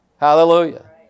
Hallelujah